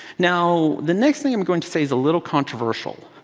now the next thing i'm going to say is a little controversial.